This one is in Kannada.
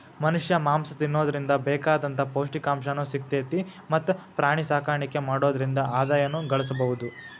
ಮನಷ್ಯಾ ಮಾಂಸ ತಿನ್ನೋದ್ರಿಂದ ಬೇಕಾದಂತ ಪೌಷ್ಟಿಕಾಂಶನು ಸಿಗ್ತೇತಿ ಮತ್ತ್ ಪ್ರಾಣಿಸಾಕಾಣಿಕೆ ಮಾಡೋದ್ರಿಂದ ಆದಾಯನು ಗಳಸಬಹುದು